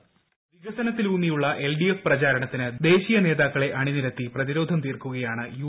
voice വികസനത്തിലൂന്നിയുള്ള LDF പ്രചാരണത്തിന് ദേശീയ നേതാക്കളെ അണിനിരത്തി പ്രതിരോധം തീർക്കുകയാണ് യു